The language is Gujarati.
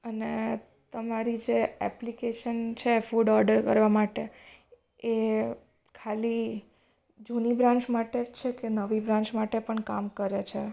અને તમારી જે એપ્લિકેશન છે ફૂડ ઓડર કરવા માટે એ ખાલી જૂની બ્રાન્ચ માટે જ છે કે નવી બ્રાન્ચ માટે પણ કામ કરે છે